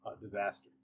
disaster